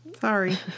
Sorry